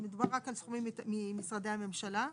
מדובר רק על סכומים ממשרדי הממשלה.